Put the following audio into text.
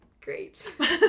great